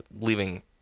leaving